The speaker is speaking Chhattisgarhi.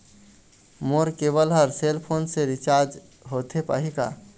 मोर केबल हर सेल फोन से रिचार्ज होथे पाही का?